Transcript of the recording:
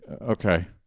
Okay